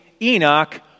Enoch